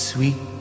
Sweet